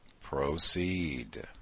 proceed